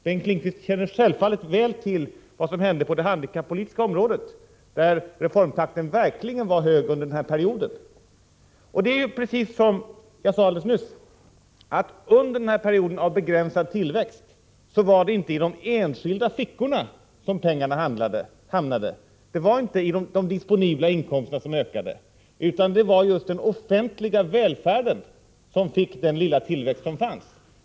Bengt Lindqvist känner självfallet väl till vad som hände på det handikappolitiska området, där reformtakten verkligen var hög under den här perioden. Det är precis som jag sade alldeles nyss, att under den här perioden av begränsad tillväxt var det inte i de enskilda fickorna som pengarna hamnade. Det var inte de disponibla inkomsterna som ökade, utan det var just den offentliga välfärden som fick den lilla tillväxt som fanns.